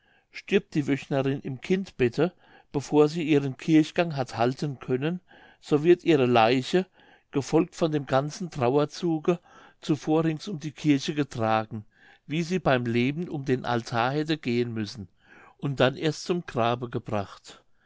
stirbt die wöchnerin im kindbette bevor sie ihren kirchgang hat halten können so wird ihre leiche gefolgt von dem ganzen trauerzuge zuvor rings um die kirche getragen wie sie beim leben um den altar hätte gehen müssen und dann erst zum grabe gebracht